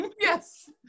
Yes